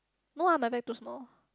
no ah my bag too small